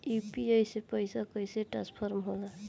UPI से पैसा कैसे ट्रांसफर होला?